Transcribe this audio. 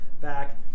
back